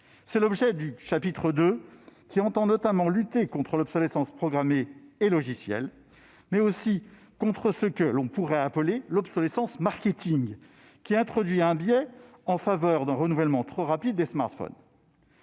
est l'objet du chapitre II, qui entend notamment lutter contre l'obsolescence programmée des logiciels, mais aussi contre ce que l'on pourrait appeler l'« obsolescence marketing », qui introduit un biais en faveur d'un renouvellement trop rapide des smartphones.